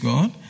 God